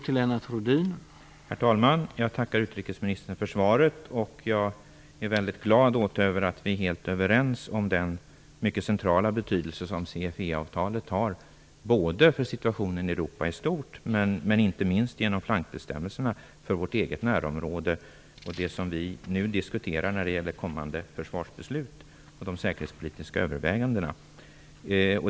Herr talman! Jag tackar utrikesministern för svaret. Jag är väldigt glad över att vi är helt överens om den mycket centrala betydelse som CFE-avtalet har, både för situationen i Europa i stort och för vårt eget närområde, inte minst genom flankbestämmelserna och det som vi nu diskuterar när det gäller kommande försvarsbeslut och de säkerhetspolitiska övervägandena.